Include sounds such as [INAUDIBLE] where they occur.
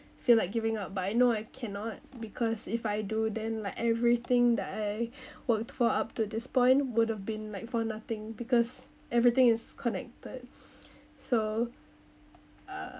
feel like giving up but I know I cannot because if I do then like everything that I [BREATH] worked for up to this point would have been like for nothing because everything is connected [BREATH] so uh